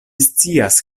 scias